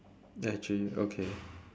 okay